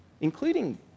including